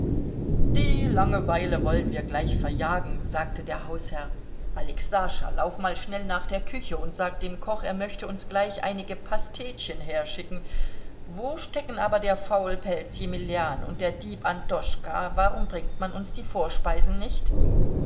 die langeweile wollen wir gleich verjagen sagte der hausherr alexascha lauf mal schnell nach der küche und sag dem koch er möchte uns gleich einige pastetchen herschicken wo stecken aber der faulpelz jemeljan und der dieb antoschka warum bringt man uns die vorspeisen nicht